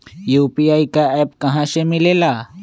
UPI का app कहा से मिलेला?